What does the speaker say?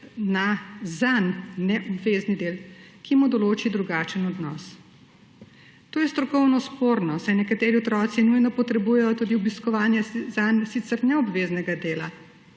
na zanj neobvezni del, ki mu določi drugačen odnos. To je strokovno sporno, saj nekateri otroci nujno potrebujejo tudi obiskovanje za njih sicer neobveznega dela,